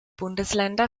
bundesländer